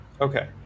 okay